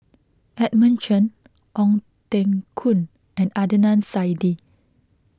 Edmund Chen Ong Teng Koon and Adnan Saidi